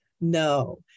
no